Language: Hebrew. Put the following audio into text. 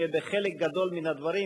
שבחלק גדול מן הדברים,